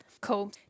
Cool